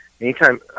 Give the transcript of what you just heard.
Anytime